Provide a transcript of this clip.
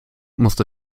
musste